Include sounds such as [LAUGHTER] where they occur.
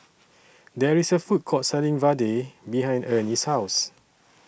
There IS A Food Court Selling Vadai behind [NOISE] Ernie's House